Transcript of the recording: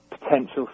potential